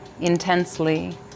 Intensely